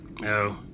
No